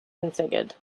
configured